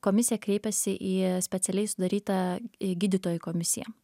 komisija kreipiasi į specialiai sudarytą į gydytojų komisiją